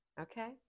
Okay